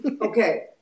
okay